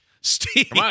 Steve